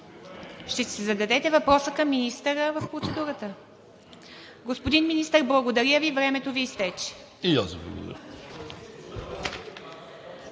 Ще си зададете въпроса към министъра в процедурата. Господин Министър, благодаря Ви, времето Ви изтече. СЛУЖЕБЕН